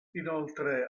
inoltre